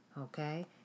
Okay